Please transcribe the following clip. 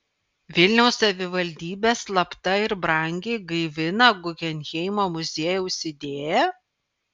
vilniaus savivaldybė slapta ir brangiai gaivina guggenheimo muziejaus idėją